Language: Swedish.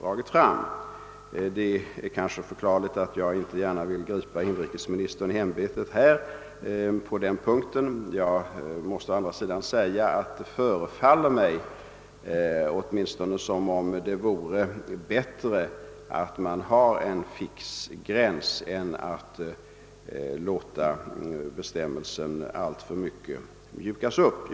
Jag vill naturligtvis inte gärna falla inrikesministern i ämbetet, men det förefaller mig som om det vore bättre att ha en fix gräns än att alltför mycket mjuka upp bestämmelserna.